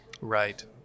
Right